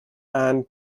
and